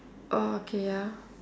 oh okay ya